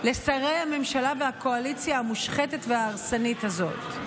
לשרי הממשלה והקואליציה המושחתת וההרסנית הזאת.